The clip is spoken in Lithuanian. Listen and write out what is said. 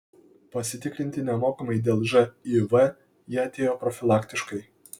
pasitikrinti nemokamai dėl živ jie atėjo profilaktiškai